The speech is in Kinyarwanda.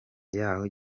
yaho